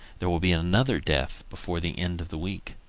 there will be another death before the end of the week.